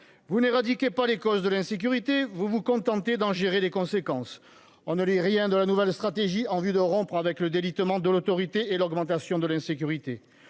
vous n'éradiquer pas les causes de l'insécurité, vous vous contentez d'en gérer les conséquences, on ne lit rien de la nouvelle stratégie en vue de rompre avec le délitement de l'autorité et l'augmentation de l'insécurité,